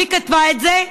מי כתבה את זה?